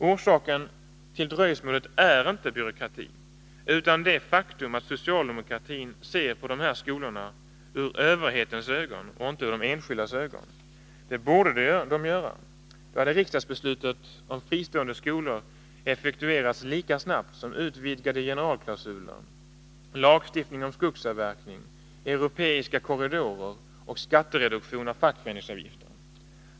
Orsaken till dröjsmålet är inte byråkrati utan det faktum att socialdemokratin ser på dessa skolor med överhetens ögon och inte med de enskildas ögon. Det borde de göra. Då hade riksdagsbeslutet om fristående skolor effektuerats lika snabbt som beslut om utvidgade generalklausuler, lagstiftning om skogsavverkning, europeiska korridorer och skattereduktion för fackföreningsavgifter.